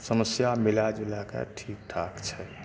समस्या मिलाए जुलाए कऽ ठीक ठाक छै